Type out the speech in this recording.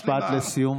משפט לסיום.